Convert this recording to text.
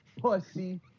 Pussy